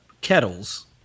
kettles